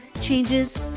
changes